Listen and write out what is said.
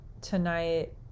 tonight